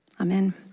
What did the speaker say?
Amen